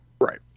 Right